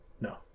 No